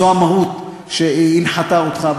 זו המהות שהנחתה אותך.